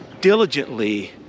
diligently